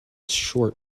short